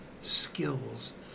skills